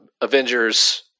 Avengers